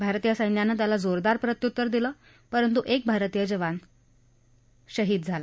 भारतीय सैन्यानं त्याला जोरदार प्रत्युतर दिलं परंत् एक भारतीय जवान ठार झाला